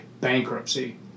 bankruptcy